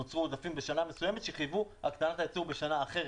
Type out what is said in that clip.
נוצרו עודפים בשנה מסוימת שחייבו הקטנת הייצור בשנה אחרת.